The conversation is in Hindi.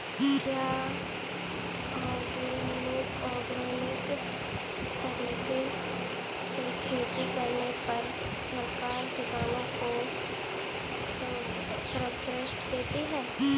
क्या ऑर्गेनिक तरीके से खेती करने पर सरकार किसानों को सब्सिडी देती है?